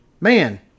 man